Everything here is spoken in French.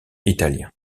italien